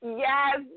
yes